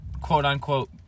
quote-unquote